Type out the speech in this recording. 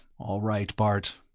all right, bart.